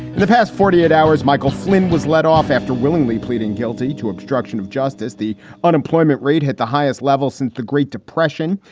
the past forty eight hours, michael flynn was let off after willingly pleading guilty to obstruction of justice the unemployment rate hit the highest level since the great depression.